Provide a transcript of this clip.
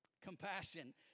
Compassion